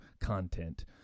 content